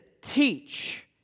teach